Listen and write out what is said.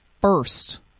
first